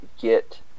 get